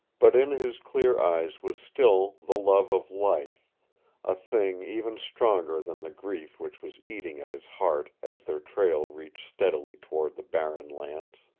but in his clear eyes was still the love of life a thing even stronger than the grief which was eating at his heart as their trail reached steadily toward the barren lands.